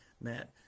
Matt